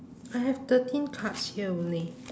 I have thirteen cards here only